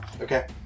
Okay